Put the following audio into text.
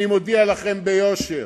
אני מודיע לכם ביושר,